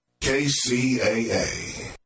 KCAA